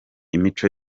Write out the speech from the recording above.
imico